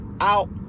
out